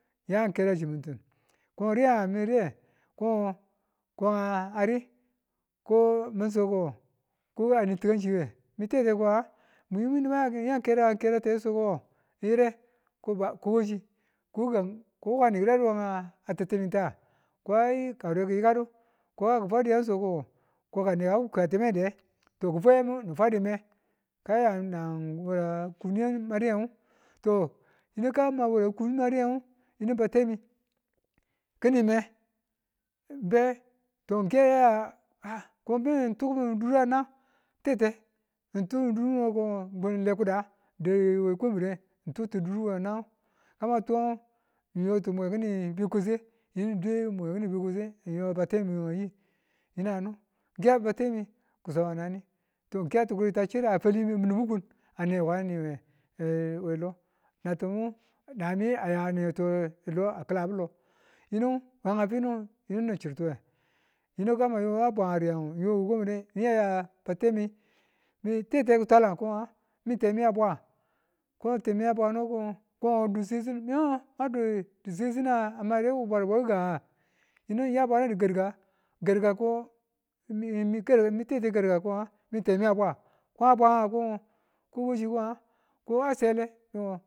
Ng yan ng kera chimi̱nti̱n ko ng riye nga? mi ng riye ko ngo ko ari ko mạn so ko ngo tikan chiwe mi tete ko nga muyi mwi nubu a ya a kera n kerate so ko ngo mi yire ko kwa kochi ko ko gi̱gan wukani ki̱ dadu we nga ti̱tinita? ko ai ka kawureni ki̱ yika ko du ko kan ngu ki fwadiyan so ko ngo ko kaneka kwiya time de to ki̱fwa a yammu ni fwadu me kan ngang ya kuni ka madu yi̱nag to yinu ka batemi ka madi yi̱ang yini batemi kini me n be ko be tukimin duru a nang tete n tumin durno ko ngo n lekuda ng da a kwanbire n tutu duru we nang, ka ma tutung ng yoti mwe kini be kwase yinu ng dwe mwe ki̱nin bekwase ng yo ba temi we yi, yino a no di̱ya batemi ki̱swaba nani to ng ki̱ya tukuritu a chir a fali ma̱n mi̱mukun a ne wukani we a lo nayemi a ya a netuwe lo a ki̱labulo yini wang a fino chirtuwe yinu kan mwan kina tuwa bwan a riyenngu miyo wenga kwambire ng yan ya batemi me tete ki̱kwalan ko nga mi temi a bwa ko temi abwano ko ngo ko n duw sesin mi nga ma duku sesine a mayire wu ki bwadu bwaye gi̱gang nga yinu ng ya bwanadu garga, mi tete garga, garga ko ngo mi temi a bwa ko a bwa nga ko ngo ko wachi ko nga ko a sele mi ngo